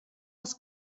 els